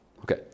Okay